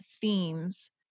themes